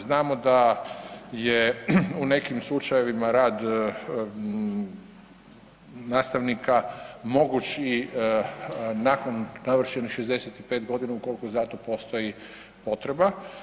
Znamo da je u nekim slučajevima rad nastavnika moguć i nakon navršenih 65.g. ukolko za to postoji potreba.